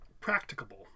Practicable